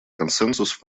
консенсус